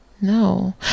No